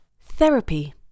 Therapy